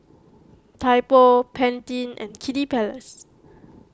Typo Pantene and Kiddy Palace